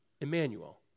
Emmanuel